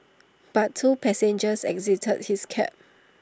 but two passengers exited his cab